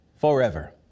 forever